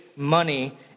money